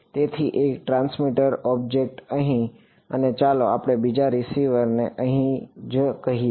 તેથી એક transmitter object અહીં અને ચાલો આપણે બીજા રીસીવરને અહીં જ કહીએ